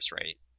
right